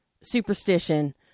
Superstition